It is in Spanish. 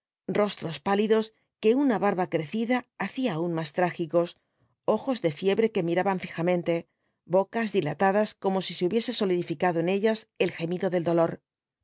rostros pálidos que una barba crecida hacía aún más trágicos ojos de fiebre que miraban fijamente bocas dilatadas como si se hubiese solidificado en ellas el gemido del dolor médicos y